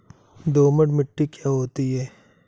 दोमट मिट्टी क्या होती हैं?